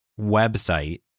website